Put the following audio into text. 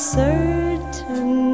certain